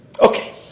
Okay